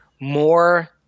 more